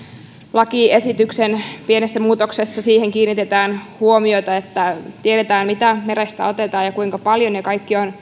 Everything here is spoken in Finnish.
lakiesityksen pienessä muutoksessa siihen kiinnitetään huomiota että tiedetään mitä merestä otetaan ja kuinka paljon ja kaikki on